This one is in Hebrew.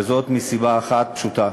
היום, וזאת מסיבה אחת פשוטה: